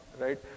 right